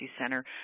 center